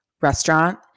restaurant